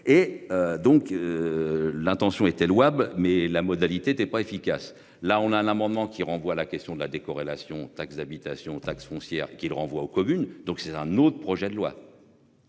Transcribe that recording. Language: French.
et donc. L'intention était louable mais la modalité était pas efficace. Là on a un amendement qui renvoie la question de la décorrélation taxe d'habitation, taxe foncière qui le renvoie aux communes. Donc c'est un autre projet de loi.